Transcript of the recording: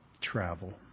travel